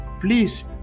please